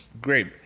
Great